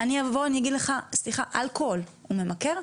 אני אגיד לך: אלכוהול ממכר?